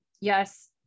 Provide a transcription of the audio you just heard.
yes